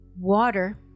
water